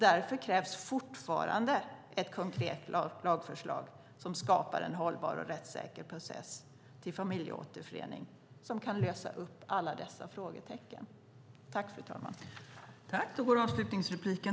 Därför krävs fortfarande ett konkret lagförslag som skapar en hållbar och rättssäker process vid familjeåterförening och som kan lösa upp alla frågetecken.